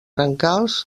brancals